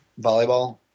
volleyball